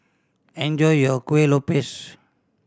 enjoy your Kuih Lopes